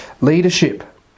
leadership